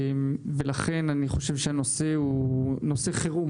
לכן אני חושב שהנושא הוא נושא חירום